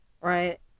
Right